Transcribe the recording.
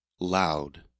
loud